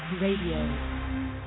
Radio